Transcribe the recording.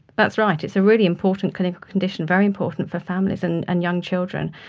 that's right, it's a really important clinical condition, very important for families and and young children,